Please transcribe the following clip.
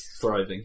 thriving